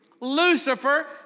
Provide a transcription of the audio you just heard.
Lucifer